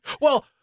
Well-